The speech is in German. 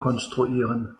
konstruieren